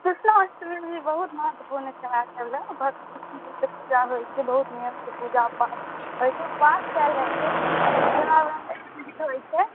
कृष्णाष्टमी भी बहुत महत्वपूर्ण त्योहार छै हमरा सबलए भक्त पूजा होइ छै बहुत नियमसँ पूजा पाठ होइ छै उपवास कएल जाए छै निर्जला व्रत भी होइ छै